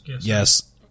yes